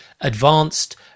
advanced